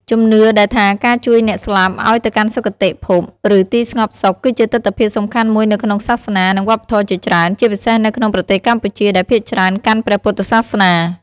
ជំនឿដែលថាការជួយអ្នកស្លាប់ឲ្យទៅកាន់សុគតិភព ឬទីស្ងប់សុខ គឺជាទិដ្ឋភាពសំខាន់មួយនៅក្នុងសាសនា និងវប្បធម៌ជាច្រើន ជាពិសេសនៅក្នុងប្រទេសកម្ពុជា ដែលភាគច្រើនកាន់ព្រះពុទ្ធសាសនា។